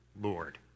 Lord